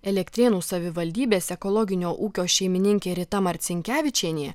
elektrėnų savivaldybės ekologinio ūkio šeimininkė rita marcinkevičienė